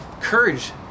courage